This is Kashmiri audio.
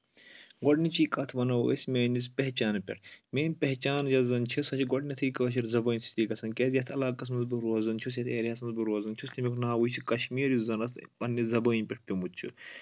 گۄڈٕنِچہِ کَتھ وَنو أسۍ میٲنِس پہچانہٕ پؠٹھ میٲنۍ پہچان یۄس زَن چھِ سۄ چھِ گۄڈنؠتھٕے کٲشِر زَبٲنۍ سۭتی گژھان کیازِ یَتھ علاقَس منٛز بہٕ روزان چھُس یَتھ ایریاہَس منٛز بہٕ روزان چھُس تَمیُک ناو وٕچھِ کشمیٖر یُس زَن اَتھ پَنٕنہِ زبٲنۍ پؠٹھ پیوٚمُت چھُ